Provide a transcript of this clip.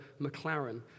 McLaren